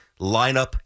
lineup